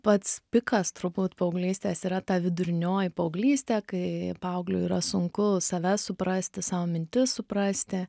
pats pikas turbūt paauglystės yra ta vidurinioji paauglystė kai paaugliui yra sunku save suprasti savo mintis suprasti